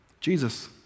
Jesus